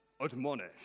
Admonish